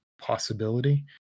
possibility